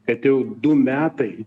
kad jau du metai